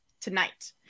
tonight